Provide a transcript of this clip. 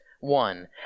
one